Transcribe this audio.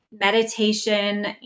meditation